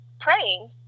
praying